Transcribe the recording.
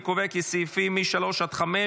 אני קובע כי סעיפים 3 5,